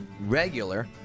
regular